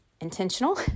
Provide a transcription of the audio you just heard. intentional